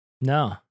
No